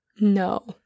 No